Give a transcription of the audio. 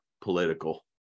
political